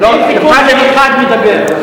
אחד מדבר.